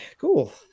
cool